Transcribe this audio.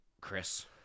Chris